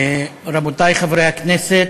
רבותי חברי הכנסת,